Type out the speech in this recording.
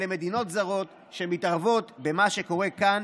אלו מדינות זרות שמתערבות במה שקורה כאן,